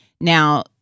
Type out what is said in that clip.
Now